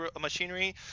machinery